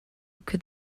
could